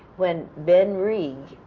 when ben reig,